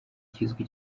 kizwi